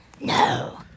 No